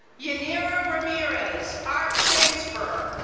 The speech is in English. janiro ramirez, art transfer.